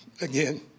again